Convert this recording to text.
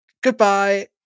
Goodbye